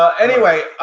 ah anyway,